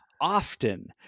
Often